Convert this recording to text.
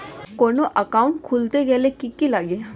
কোন একাউন্ট খুলতে গেলে কি কি লাগে?